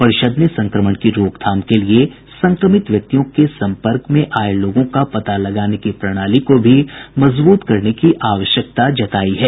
परिषद ने संक्रमण की रोकथाम के लिए संक्रमित व्यक्तियों के सम्पर्क में आए लोगों का पता लगाने की प्रणाली को भी मजबूत करने की आवश्यकता जतायी है